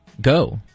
go